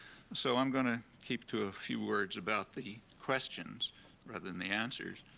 so i'm going to keep to a few words about the questions rather than the answers,